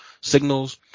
signals